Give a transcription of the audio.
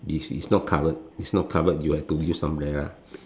is is not covered is not covered you have to use umbrella